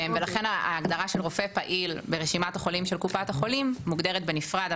ולכן ההגדרה של רופא פעיל ברשימת החולים של קופת החולים מוגדרת בנפרד,